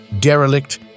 derelict